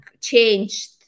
changed